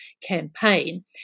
campaign